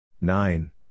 nine